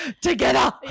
together